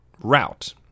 route